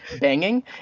banging